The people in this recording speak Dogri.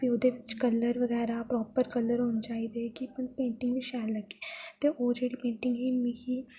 भी ओह्दे बिच कलर बगैरा प्रॉपर कलर होने चाहिदे की ओह् पेंटिंग बी शैल लग्गे ते ओह् जेह्ड़ी पेंटिंग ही मिगी